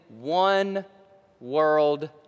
one-world